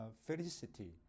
felicity